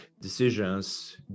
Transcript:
decisions